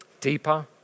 Deeper